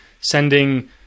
sending